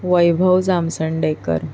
Vaibhav Jamsandekar